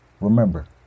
Remember